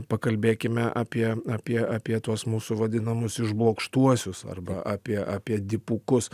pakalbėkime apie apie apie tuos mūsų vadinamus išblokštuosius arba apie apie dipukus